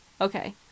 okay